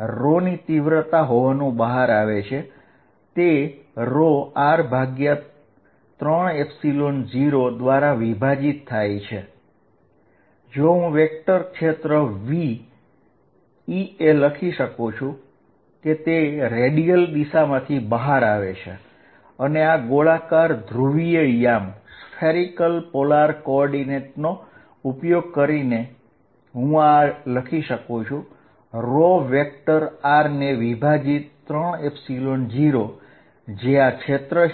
0 મળે છે જો હું વેક્ટર ફિલ્ડ Er લખું તે રેડિયલી બહારની દિશામાં છે અને આ ગોળાકાર ધ્રુવીય યામ નો ઉપયોગ કરીને હું r3 0લખી શકું છું આ ક્ષેત્ર છે